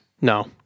No